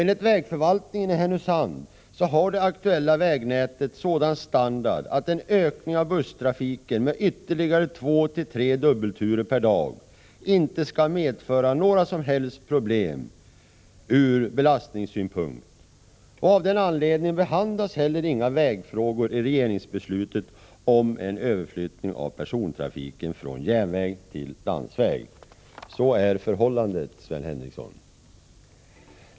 Enligt vägförvaltningen i Härnösand har det aktuella vägnätet sådan standard att en ökning av busstrafiken med ytterligare två tre dubbelturer per dag inte skall medföra några som helst problem ur belastningssynpunkt. Av den anledningen behandlas inte heller några vägfrågor i regeringsbeslutet om en överflyttning av persontrafiken från järnväg till landsväg. Så är förhållandet, Sven Henricsson.